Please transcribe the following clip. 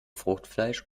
fruchtfleisch